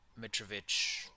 Mitrovic